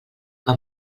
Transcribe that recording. que